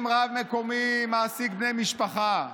אם רב מקומי מעסיק בני משפחה,